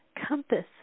compass